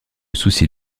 soucie